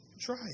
try